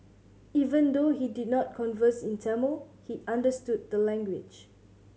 even though he did not converse in Tamil he understood the language